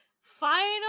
final